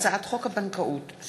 אני פותח את ישיבת מליאת הכנסת.